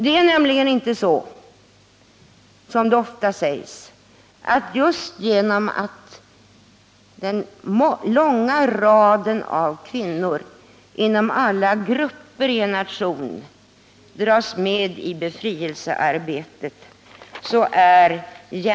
Det är nämligen inte så, som det ofta sägs, att jämställdheten är garanterad genom att den långa raden av kvinnor inom alla grupper i en nation dras med i befrielsearbetet.